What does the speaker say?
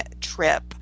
trip